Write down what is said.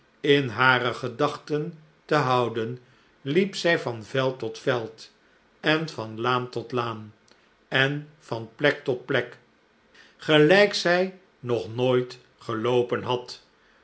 in hare gedachten te houden liep zij van veld tot veld en van laan tot laan en van plek tot plek gelijk zij nog nooit geloopen had